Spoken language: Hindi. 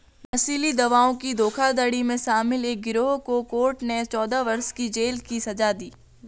नशीली दवाओं की धोखाधड़ी में शामिल एक गिरोह को कोर्ट ने चौदह वर्ष की जेल की सज़ा दी